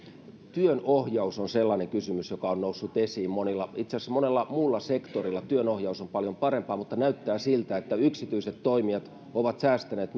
työnohjaus on sellainen kysymys joka on noussut esiin monilla itse asiassa monella muulla sektorilla työnohjaus on paljon parempaa mutta näyttää siltä että yksityiset toimijat ovat säästäneet